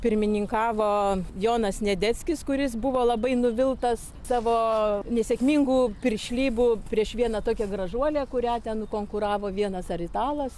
pirmininkavo jonas sniadeckis kuris buvo labai nuviltas savo nesėkmingų piršlybų prieš vieną tokią gražuolę kurią ten nukonkuravo vienas ar italas